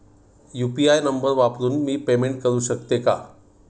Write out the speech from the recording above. UPI number वापरून मी payment करू शकते का?